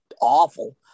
awful